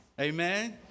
Amen